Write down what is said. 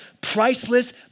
priceless